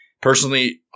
Personally